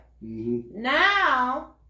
Now